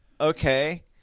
Okay